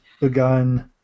begun